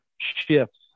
shifts